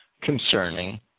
concerning